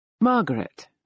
Margaret